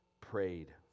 prayed